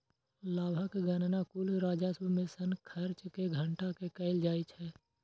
लाभक गणना कुल राजस्व मे सं खर्च कें घटा कें कैल जाइ छै